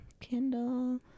kindle